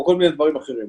או כל מיני דברים אחרים.